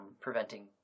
preventing